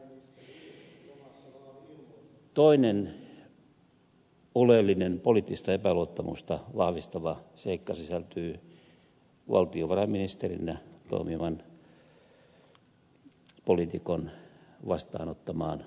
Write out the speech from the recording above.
toinen oleellinen poliittista epäluottamusta vahvistava seikka sisältyy valtiovarainministerinä toimivan poliitikon vastaanottamaan tukeen